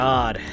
God